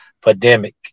pandemic